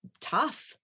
tough